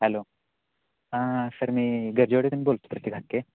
hello हां sir मी गरजेवाड्यातून बोलतो प्रतीक हाके